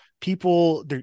people